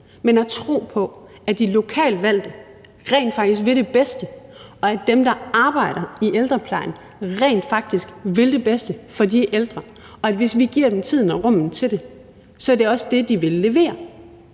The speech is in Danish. Men at tro på, at de lokalt valgte rent faktisk vil det bedste; at dem, der arbejder i ældreplejen, rent faktisk vil det bedste for de ældre; og at hvis vi giver dem tiden og rummet til det, så er det også det, de vil levere,